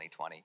2020